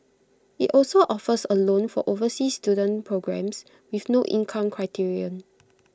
IT also offers A loan for overseas student programmes with no income criterion